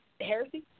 heresy